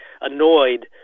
annoyed